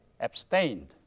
abstained